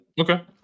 okay